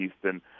Houston